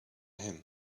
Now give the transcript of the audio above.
him